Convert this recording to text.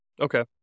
Okay